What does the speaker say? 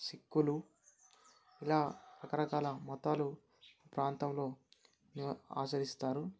సిక్కులు ఇలా రకరకాల మతాలు ప్రాంతంలో ఇలా ఆచరిస్తారు